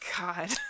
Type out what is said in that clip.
god